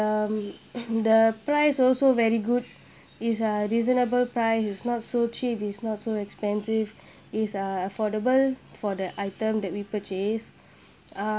um the price also very good is a reasonable price is not so cheap is not so expensive is uh affordable for the item that we purchase uh